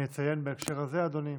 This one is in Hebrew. אציין בהקשר הזה, אדוני,